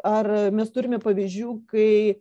ar mes turime pavyzdžių kai